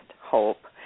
hope